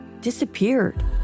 disappeared